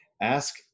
Ask